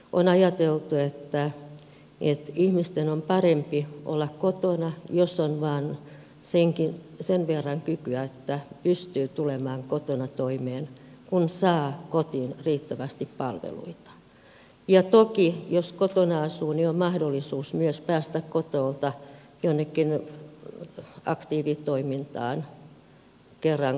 on ajateltu että ihmisten on parempi olla kotona jos vain on sen verran kykyä että pystyy tulemaan kotona toimeen kun saa kotiin riittävästi palveluita ja toki jos kotona asuu on myös mahdollisuus päästä kotoa jonnekin aktiivitoimintaan kerran kaksi viikossa